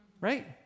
Right